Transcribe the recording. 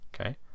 okay